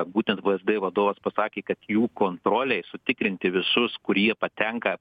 būtent vsd vadovas pasakė kad jų kontrolei sutikrinti visus kurie patenka